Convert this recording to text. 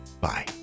Bye